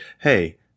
Hey